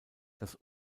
das